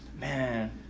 Man